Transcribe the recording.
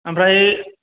ओमफ्राय